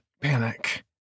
panic